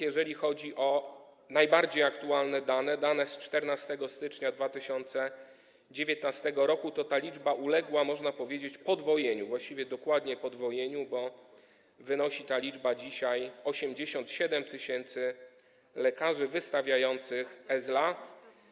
Jeżeli chodzi o najbardziej aktualne dane, dane z 14 stycznia 2019 r., to ta liczba uległa - można powiedzieć - podwojeniu, właściwie dokładnie podwojeniu, bo ta liczba wynosi dzisiaj 87 tys. lekarzy wystawiających e-ZLA.